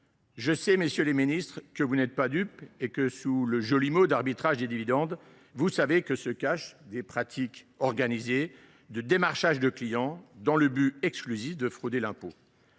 Je suis sûr, messieurs les ministres, que vous n’êtes pas dupes : vous savez que sous le joli mot d’« arbitrage de dividendes » se dissimulent des pratiques organisées de démarchage de clients dans le but exclusif de frauder l’impôt.